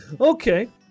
Okay